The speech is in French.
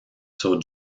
sur